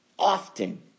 often